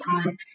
time